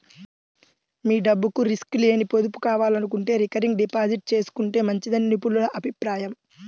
మీ డబ్బుకు రిస్క్ లేని పొదుపు కావాలనుకుంటే రికరింగ్ డిపాజిట్ చేసుకుంటే మంచిదని నిపుణుల అభిప్రాయం